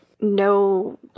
no